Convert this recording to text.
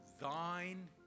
thine